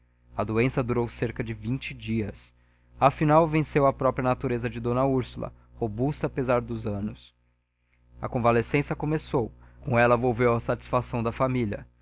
a doença durou cerca de vinte dias afinal venceu a própria natureza de d úrsula robusta apesar dos anos a convalescença começou com ela volveu a satisfação da família